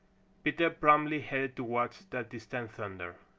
peter promptly headed towards that distant thunder.